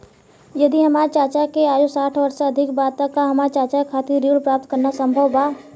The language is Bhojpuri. यदि हमार चाचा के आयु साठ वर्ष से अधिक बा त का हमार चाचा के खातिर ऋण प्राप्त करना संभव बा?